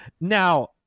Now